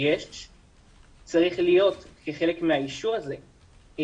זה צריך להיות חלק מהאישור הזה.